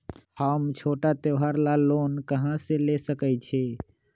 हम छोटा त्योहार ला लोन कहां से ले सकई छी?